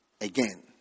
again